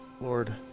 Lord